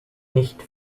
nicht